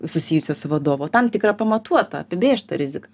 susijusią su vadovu o tam tikrą pamatuotą apibrėžtą riziką